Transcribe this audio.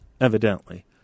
Evidently